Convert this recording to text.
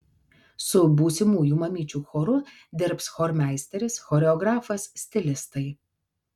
su būsimųjų mamyčių choru dirbs chormeisteris choreografas stilistai